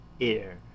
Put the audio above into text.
air